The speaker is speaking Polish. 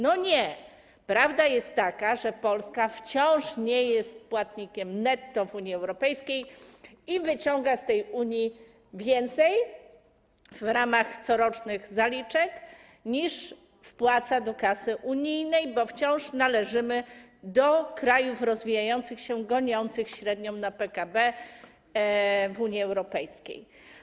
No nie, prawda jest taka, że Polska wciąż nie jest płatnikiem netto w Unii Europejskiej i wyciąga z tej Unii więcej w ramach corocznych zaliczek niż wpłaca do kasy unijnej, bo wciąż należymy do krajów rozwijających się, goniących średnią PKB w Unii Europejskiej.